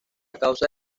causa